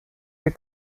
wir